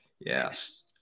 yes